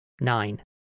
Nine